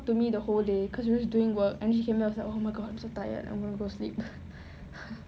to me the whole day because she was doing work and when she came back she was like oh my god I'm so tired I gonna go sleep